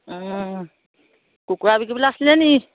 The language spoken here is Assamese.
কুকুৰা বিকিবলৈ আছিলে নি